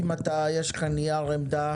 אם יש לך נייר עמדה